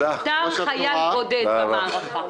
נותר חייל בודד במערכה.